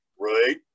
Right